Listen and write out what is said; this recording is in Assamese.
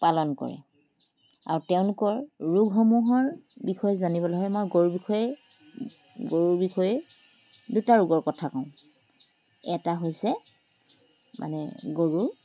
পালন কৰে আৰু তেওঁলোকৰ ৰোগসমূহৰ বিষয়ে জানিবলৈ হ'লে মই গৰু বিষয়ে গৰু বিষয়ে দুটা ৰোগৰ কথা কওঁ এটা হৈছে মানে গৰুৰ